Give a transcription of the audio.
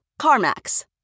CarMax